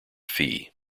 fee